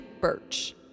Birch